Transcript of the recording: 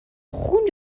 خون